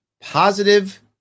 Positive